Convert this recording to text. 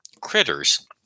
critters